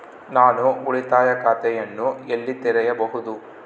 ನಾನು ಉಳಿತಾಯ ಖಾತೆಯನ್ನು ಎಲ್ಲಿ ತೆರೆಯಬಹುದು?